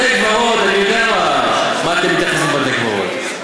בתי-קברות, אני יודע איך אתם מתייחסים לבתי-קברות.